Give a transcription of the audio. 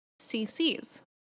CCs